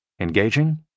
engaging